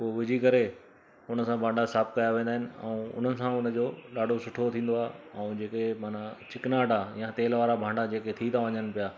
उहो विझी करे उन सां भांडा साफ़ु कया वेंदा आहिनि ऐं उन्हनि सां उन्हनि जो ॾाढो सुठो थींदो आहे ऐं जेके माना चिकनाहट आहे या तेल वारा भांडा जेके थी था वञनि पिया